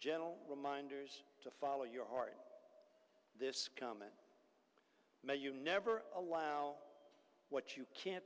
gentle reminders to follow your heart this comment that you never allow what you can't